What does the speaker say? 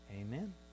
Amen